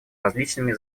различными